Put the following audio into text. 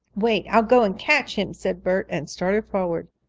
wait, i'll go and catch him, said bert, and started forward.